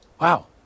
Wow